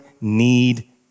need